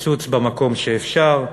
קיצוץ במקום שאפשר,